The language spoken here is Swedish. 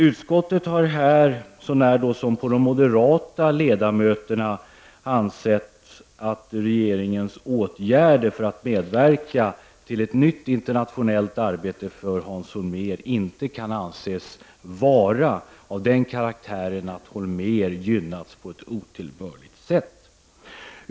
Utskottet, så när som på de moderata ledamöterna, anser här att regeringens åtgärder för att medverka till ett nytt internationellt arbete för Hans Holmér inte kan anses vara av den karaktären att Holmér har gynnats på ett otillbörligt sätt.